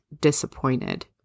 Disappointed